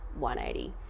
180